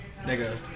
Nigga